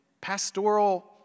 pastoral